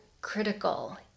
critical